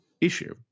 issue